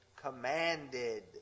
commanded